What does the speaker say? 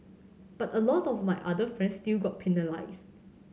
but a lot of my other friends still got penalised